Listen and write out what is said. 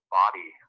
body